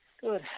Good